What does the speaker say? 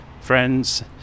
friends